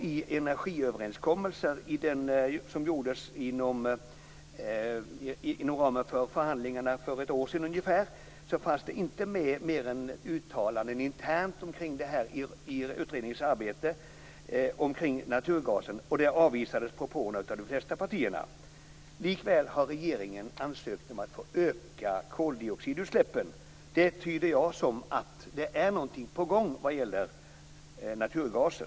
I energiöverenskommelsen som gjordes inom ramen för förhandlingarna för ungefär ett år sedan fanns det inte med mer än uttalanden internt kring naturgasen i utredningens arbete. Propåerna avvisades av de flesta partierna. Likväl har regeringen ansökt om att få öka koldioxidutsläppen. Det tyder jag som att det är någonting på gång vad gäller naturgasen.